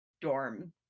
dorm